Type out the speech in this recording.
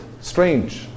strange